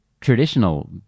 traditional